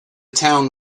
town